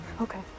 Okay